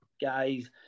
guys